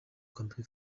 kwambikwa